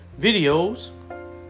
videos